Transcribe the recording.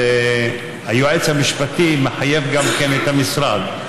והיועץ המשפטי גם מחייב את המשרד.